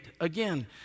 again